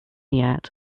yet